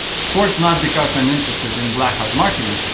of course not because i'm interested in black hat marketing,